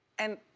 and